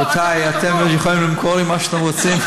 רבותי, אתם יכולים למכור לי מה שאתם רוצים.